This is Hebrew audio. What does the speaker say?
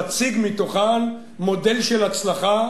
להציג מתוכן מודל של הצלחה